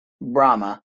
Brahma